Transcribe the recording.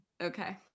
Okay